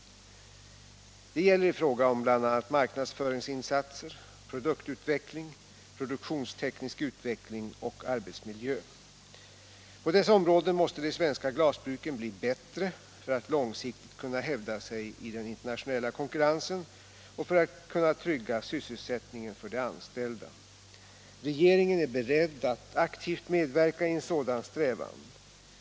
Det gäller i fråga om bl.a. marknadsföringsinsatser, produktutveckling, produktionsteknisk utveckling och arbetsmiljö. På dessa områden måste de svenska glasbruken bli bättre för att långsiktigt kunna hävda sig i den internationella konkurrensen och för att kunna trygga sysselsättningen för de anställda. Regeringen är beredd att aktivt medverka i en sådan strävan.